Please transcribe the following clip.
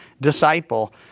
disciple